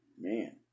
Man